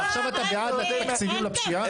עכשיו אתה בעד לתת תקציבים לפשיעה?